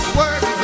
work